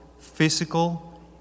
physical